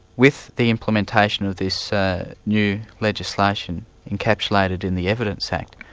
with the implementation of this new legislation encapsulated in the evidence act,